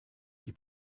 die